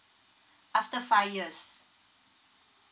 after five years